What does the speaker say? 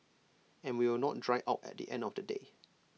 and we will not dry out at the end of the day